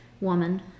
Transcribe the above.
woman